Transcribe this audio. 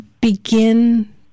begin